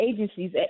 agencies